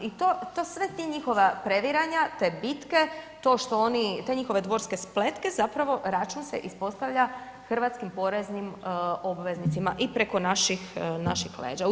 I to, to sve ti njihova previranja, te bitke, to što oni, te njihove dvorske spletke zapravo račun se ispostavlja hrvatskim poreznim obveznicima i preko naših, naših leđa.